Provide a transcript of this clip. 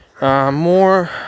More